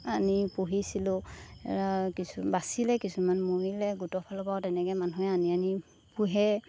আনি পুহিছিলোঁ কিছু বাচিলে কিছুমান মৰিলে গোটৰ ফালৰ পৰাও তেনেকৈ মানুহে আনি আনি পোহে